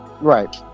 right